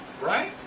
Right